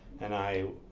and i,